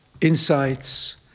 insights